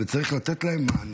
וצריך לתת להם מענה.